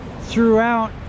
throughout